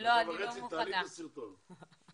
תעלי את הסרטון.